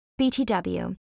BTW